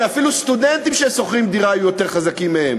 הרי אפילו סטודנטים ששוכרים דירה יהיו יותר חזקים מהם,